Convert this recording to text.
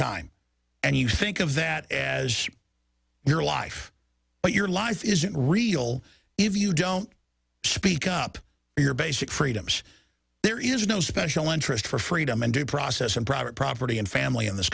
time and you think of that as your life but your life isn't real if you don't speak up your basic freedoms there is no special interest for freedom and due process and private property and family in this